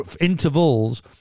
intervals